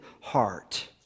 heart